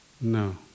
No